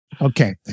Okay